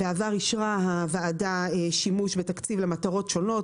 בעבר הוועדה אישרה שימוש בתקציב למטרות שונות,